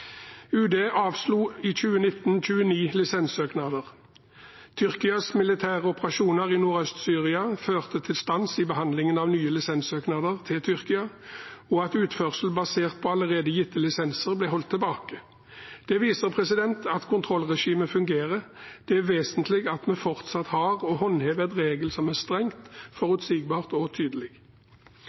avslo i 2019 29 lisenssøknader. Tyrkias militære operasjoner i Nordøst-Syria førte til stans i behandlingen av nye lisenssøknader til Tyrkia og til at utførsel basert på allerede gitte lisenser ble holdt tilbake. Det viser at kontrollregimet fungerer. Det er vesentlig at vi fortsatt har og håndhever et regelverk som er strengt, forutsigbart og tydelig.